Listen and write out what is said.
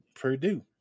Purdue